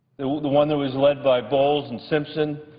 the one that was led by bowles and simpson,